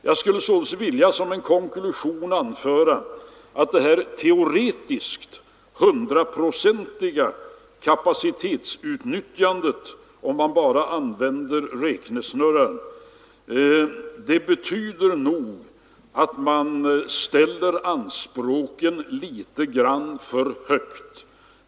Jag skulle som en konklusion vilja anföra att det teoretiskt 100-procentiga kapacitetsutnyttjande som man får fram om man bara använder räknesnurran betyder att man ställer anspråken litet grand för högt.